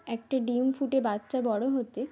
একটা ডিম ফুটে বাচ্চা বড় হতে